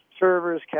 servers